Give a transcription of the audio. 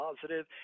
positive